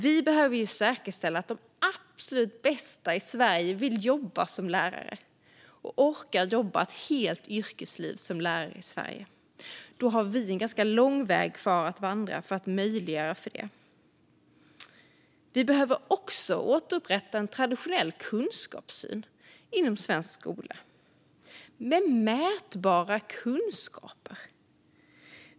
Vi behöver säkerställa att de absolut bästa i Sverige vill jobba som lärare och orkar jobba ett helt yrkesliv som lärare i Sverige. Vi har en ganska lång väg kvar att vandra för att möjliggöra det. Vi behöver också återupprätta en traditionell kunskapssyn inom svensk skola, med mätbara kunskaper.